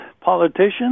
politicians